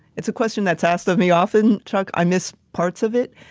it's a question that's asked of me often, chuck, i miss parts of it.